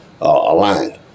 aligned